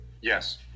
Yes